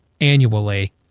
annually